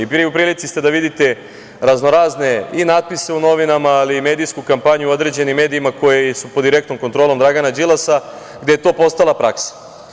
U prilici ste da vidite raznorazne i natpise u novinama, ali i medijsku kampanju u određenim medijima koji su pod direktnom kontrolom Dragana Đilasa, gde je to postala praksa.